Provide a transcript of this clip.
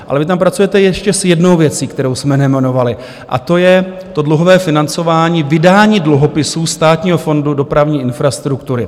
Ale vy tam pracujete ještě s jednou věcí, kterou jsme nejmenovali, a to je to dluhové financování, vydání dluhopisů Státního fondu dopravní infrastruktury.